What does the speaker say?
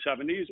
70s